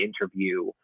interview